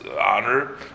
honor